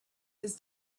his